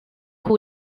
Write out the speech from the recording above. who